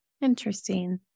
Interesting